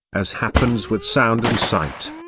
as happens with sound and sight.